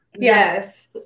yes